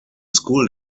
school